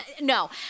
No